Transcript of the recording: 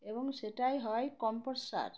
এবং সেটাই হয় কম্পোস্ট সার